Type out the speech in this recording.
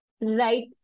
right